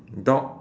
dog